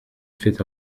fait